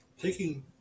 Taking